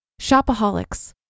shopaholics